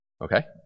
Okay